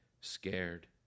scared